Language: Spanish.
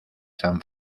san